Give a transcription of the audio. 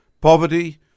poverty